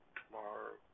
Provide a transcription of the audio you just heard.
tomorrow